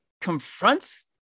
confronts